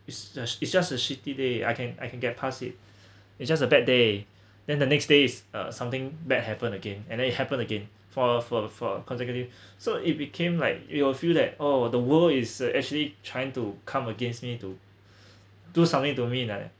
it's just it's just a shitty day I can I can get pass it it's just a bad day then the next day is uh something bad happen again and then it happen again for for for consecutive so it became like we will feel that uh the world is actually trying to come against me to do something to me like